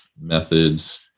methods